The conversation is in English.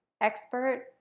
expert